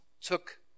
took